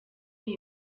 iyi